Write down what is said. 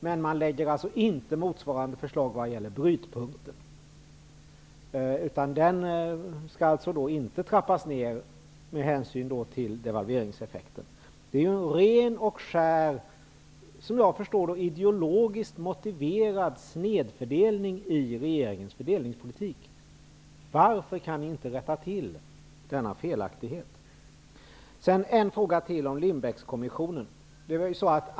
Men man lägger inte fram motsvarande förslag när det gäller brytpunkten. Den skall inte trappas ned med hänsyn till devalveringseffekten. Det är en ren och skär, och såvitt jag förstår, ideologiskt motiverad snedfördelning i regeringens fördelningspolitik. Varför kan ni inte rätta till denna felaktighet? Jag vill ställa ytterligare en fråga, och den gäller Lindbeckkommissionen.